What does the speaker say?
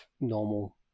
normal